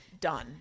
done